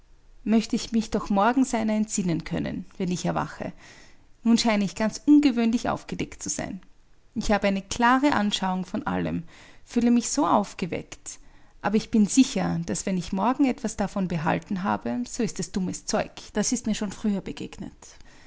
möchte ich mich doch morgen seiner entsinnen können wenn ich erwache nun scheine ich ganz ungewöhnlich aufgelegt zu sein ich habe eine klare anschauung von allem fühle mich so aufgeweckt aber ich bin sicher daß wenn ich morgen etwas davon behalten habe so ist es dummes zeug das ist mir schon früher begegnet